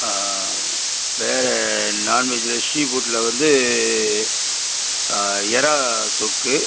வேறு நான்வெஜ்ஜில் ஸீ ஃபுட்டில் வந்து இறா தொக்கு